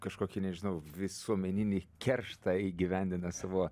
kažkokį nežinau visuomeninį kerštą įgyvendina savo